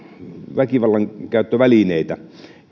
väkivallankäyttövälineitä